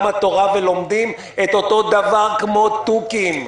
התורה ולומדים את אותו הדבר כמו תוכים.